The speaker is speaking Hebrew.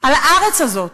על הארץ הזאת,